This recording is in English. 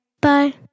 Bye